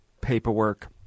paperwork